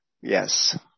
yes